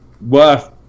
worth